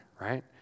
right